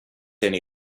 any